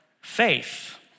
faith